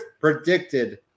predicted